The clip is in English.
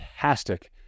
fantastic